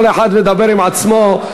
כל אחד מדבר עם עצמו.